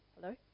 Hello